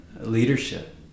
leadership